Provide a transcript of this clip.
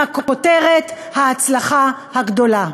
עם הכותרת: ההצלחה הגדולה.